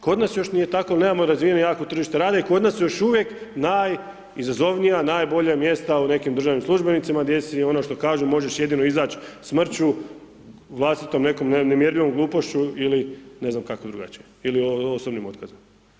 Kod nas još nije tako jel nemamo razvijeno jako tržište rada i kod nas su još uvijek najizazovnija, najbolja mjesta u nekim državnim službenicima gdje su ono što kažu možeš jedino izać smrću, vlastitom nekom nemjerljivom glupošću ili ne znam kako drugačije ili osobnim otkazom.